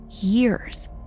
years